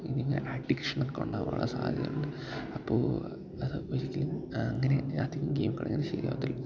ഇനി ഇങ്ങനെ അഡിക്ഷനൊക്കെ ഉണ്ടാവാനുള്ള സാധ്യതയുണ്ട് അപ്പോള് അത് ഒരിക്കലും അങ്ങനെ അധികം ഗെയിം കളിക്കുന്നതു ശരിയാവത്തില്ല